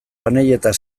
panelletak